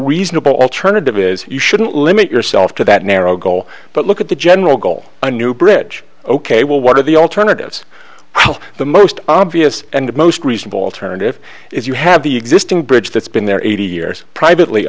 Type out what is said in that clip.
reasonable alternative is you shouldn't limit yourself to that narrow goal but look at the general goal a new bridge ok well what are the alternatives how the most obvious and most reasonable alternative if you have the existing bridge that's been there eighty years privately